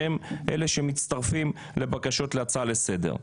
שהם אלה שמצטרפים לבקשות להצעה לסדר.